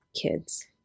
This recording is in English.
kids